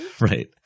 right